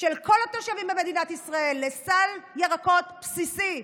של כל התושבים במדינת ישראל לסל ירקות בסיסי.